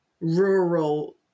rural